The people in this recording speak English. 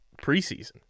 preseason